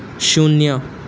શૂન્ય